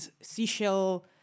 seashell